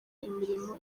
imirimo